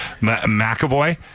McAvoy